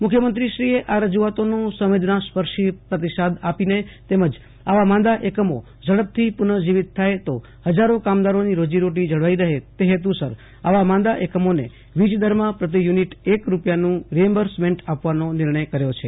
તેમણે આ રજુઆતોનો સંવેદનાસ્પર્શી પ્રતિસાદ આપીને તેમજ આવા માંદા એકમો ઝડપથીપૂનઃજીવીત થાય તો હજારો કામદારોની રોજીરોટી જળવાઇ રહે તે હેતુસર આવા માંદા એકમોને વીજદરમાં પ્રતિ યુનિટ એક રૂપિયાનું રિએમ્બર્સમેન્ટ આપવાનો નિર્ણય કર્યો છે